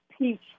peach